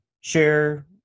share